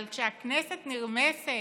אבל כשהכנסת נרמסת